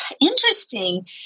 interesting